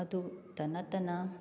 ꯑꯗꯨꯇ ꯅꯠꯇꯅ